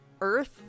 Earth